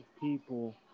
people